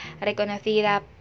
reconocida